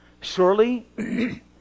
Surely